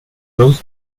both